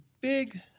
big